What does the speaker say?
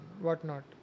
whatnot